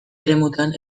eremutan